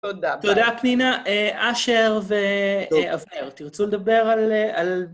תודה, ביי. תודה, פנינה, אשר ואבנר, תרצו לדבר על...